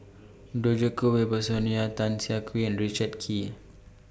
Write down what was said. Djoko Wibisono Tan Siah Kwee and Richard Kee